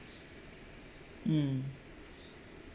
mm